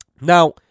Now